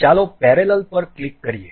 ચાલો પેરેલલ પર ક્લિક કરીએ